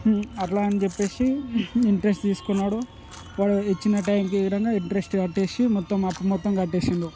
అట్లా అని చెప్పేసి ఇంట్రెస్ట్ తీసుకున్నాడు వాడు ఇచ్చిన టైంకి ఈ విధంగా ఇంట్రెస్ట్ కట్టేసి మొత్తం అప్పు మొత్తం కట్టేసాడు